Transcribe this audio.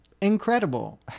incredible